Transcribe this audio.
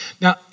Now